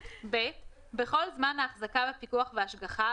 (ב)בכל זמן ההחזקה בפיקוח והשגחה,